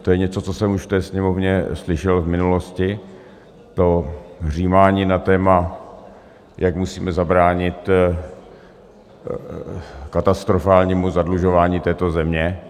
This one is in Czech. To je něco, co jsem už ve Sněmovně slyšel v minulosti, to hřímání na téma, jak musíme zabránit katastrofálnímu zadlužování této země.